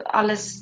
alles